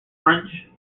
french